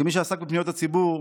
כמי שעסק בפניות הציבור,